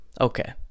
Okay